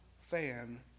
fan